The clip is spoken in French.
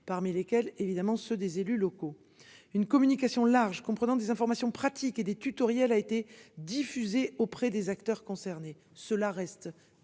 parmi lesquels évidemment ceux des élus locaux, une communication large, comprenant des informations pratiques et des tutoriels a été diffusée auprès des acteurs concernés, cela reste